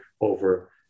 over